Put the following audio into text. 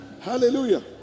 Hallelujah